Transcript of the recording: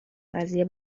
قضیه